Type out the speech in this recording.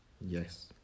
yes